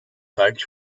folks